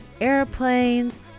airplanes